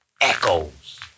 echoes